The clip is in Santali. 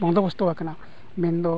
ᱵᱚᱱᱫᱳᱵᱚᱥᱛᱚ ᱟᱠᱟᱱᱟ ᱢᱮᱱᱫᱚ